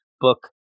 book